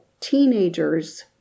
teenagers